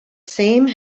same